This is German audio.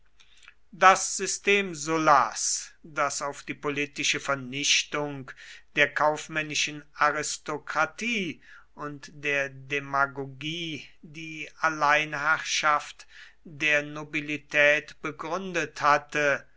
das system sullas das auf die politische vernichtung der kaufmännischen aristokratie und der demagogie die alleinherrschaft der nobilität begründet hatte